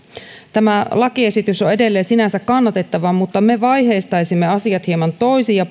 tämä lakiesitys on edelleen sinänsä kannatettava mutta me vaiheistaisimme asiat hieman toisin ja